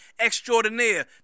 extraordinaire